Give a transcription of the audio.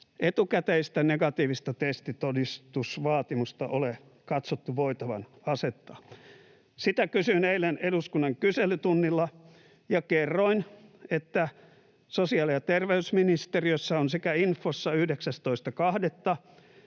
etukäteistä negatiivista testitodistusvaatimusta ole katsottu voitavan asettaa? Sitä kysyin eilen eduskunnan kyselytunnilla ja kerroin, että sosiaali- ja terveysministeriössä on sekä infossa 19.2.